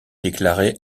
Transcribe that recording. déclaré